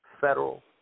federal